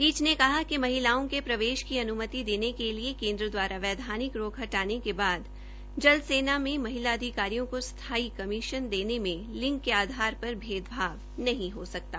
पीठ ने कहा कि महिलाओं के प्रवेश की अन्मति देने के लिए केन्द्र द्वारा वैधानिक रोक हटाने के बाद जल सेना में महिला अधिकारियों को स्थायी कमीशन देने में लिंग के आधार पर भेदभाव नहीं हो सकता